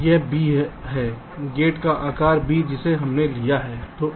तो यह B है गेट का आकार B जिसे हमने लिया है